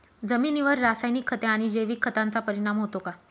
जमिनीवर रासायनिक खते आणि जैविक खतांचा परिणाम होतो का?